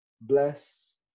Bless